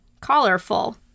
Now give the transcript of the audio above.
Colorful